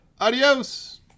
Adios